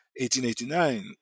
1889